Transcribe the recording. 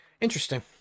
Interesting